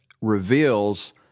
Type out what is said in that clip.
reveals